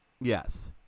Yes